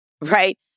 Right